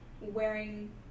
wearing